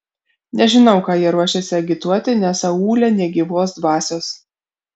nežinau ką jie ruošiasi agituoti nes aūle nė gyvos dvasios